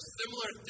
similar